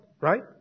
right